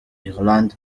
ireland